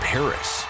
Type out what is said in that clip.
Paris